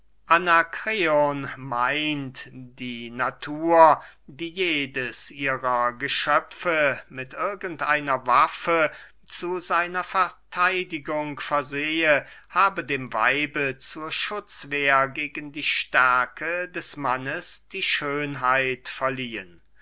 anakreon meint die natur die jedes ihrer geschöpfe mit irgend einer waffe zu seiner vertheidigung versehe habe dem weibe zur schutzwehr gegen die stärke des mannes die schönheit verliehen